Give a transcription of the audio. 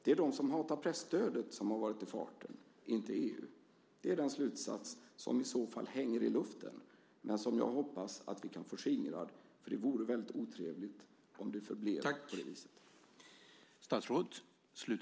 Det är de som hatar presstödet som har varit i farten, inte EU. Det är den slutsats som i så fall hänger i luften men som jag hoppas att vi kan få skingrad. För det vore väldigt otrevligt om det förblev på det viset.